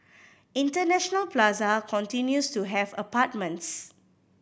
International Plaza continues to have apartments